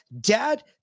dad